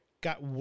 Got